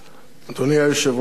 אדוני היושב-ראש,